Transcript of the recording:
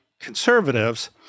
conservatives—